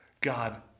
God